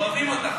אוהבים אותך.